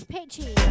Pitchy